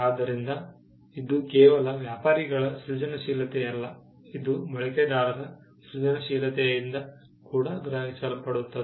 ಆದ್ದರಿಂದ ಇದು ಕೇವಲ ವ್ಯಾಪಾರಿಗಳ ಸೃಜನಶೀಲತೆಯಲ್ಲ ಇದು ಬಳಕೆದಾರರ ಸೃಜನಶೀಲತೆಯಿಂದ ಕೂಡ ಗ್ರಹಿಸಲ್ಪಡುತ್ತದೆ